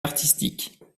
artistiques